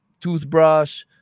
toothbrush